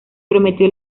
prometió